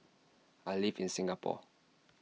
I live in Singapore